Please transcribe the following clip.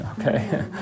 okay